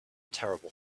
terrible